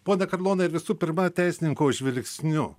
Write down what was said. pone karlonai ar visų pirma teisininko žvilgsniu